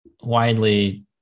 widely